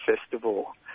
Festival